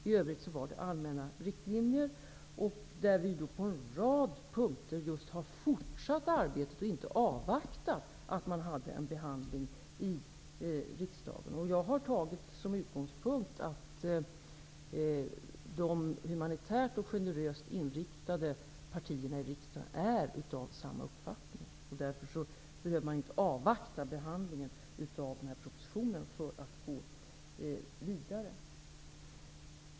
I övrigt innehöll propositionen allmänna riktlinjer, där vi på en rad punkter just har fortsatt arbetet, utan att avvakta behandlingen i riksdagen. Jag har tagit som utgångspunkt att de humanitärt och generöst inriktade partierna i riksdagen är av samma uppfattning, och därför behöver vi inte avvakta behandlingen av propositionen för att gå vidare.